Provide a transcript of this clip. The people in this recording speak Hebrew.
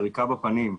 יריקה בפנים.